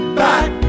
back